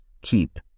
keep